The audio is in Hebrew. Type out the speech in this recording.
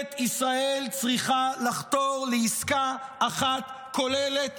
ממשלת ישראל צריכה לחתור לעסקה אחת כוללת,